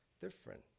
different